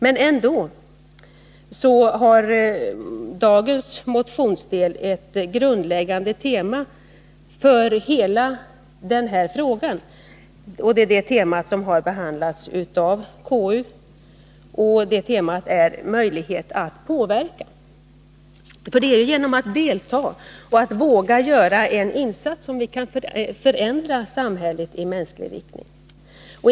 Men ändå har den del av motionen som behandlas i dag och som behandlats av konstitutionsutskottet ett grundläggande tema, nämligen möjlighet att påverka. Det är genom att delta och våga göra en insats som vi kan förändra vårt samhälle i mänsklig riktning.